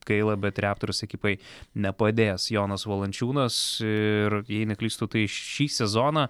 gaila bet raptors ekipai nepadės jonas valančiūnas ir jei neklystu tai šį sezoną